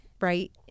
right